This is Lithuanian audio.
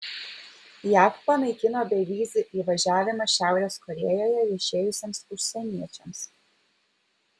jav panaikino bevizį įvažiavimą šiaurės korėjoje viešėjusiems užsieniečiams